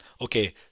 okay